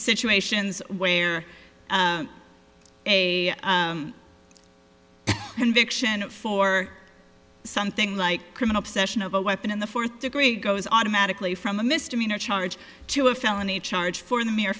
situations where a conviction for something like criminal possession of a weapon in the fourth degree goes automatically from a misdemeanor charge to a felony charge for the mere